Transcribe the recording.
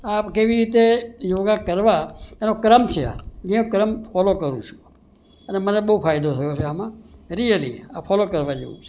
આ કેવી રીતે યોગા કરવા એનો ક્રમ છે આ એનો ક્રમ ફોલો કરું છું અને મને બહુ ફાયદો થયો છે આમાં રિયલી આ ફોલો કરવા જેવું છે